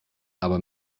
aber